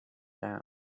down